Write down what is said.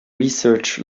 research